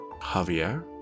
Javier